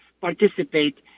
participate